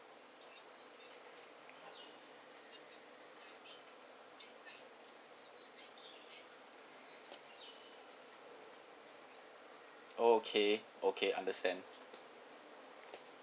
okay okay understand